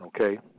Okay